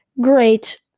Great